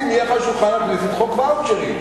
הוא הניח על שולחן הכנסת חוק ואוצ'רים.